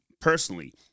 personally